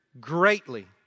greatly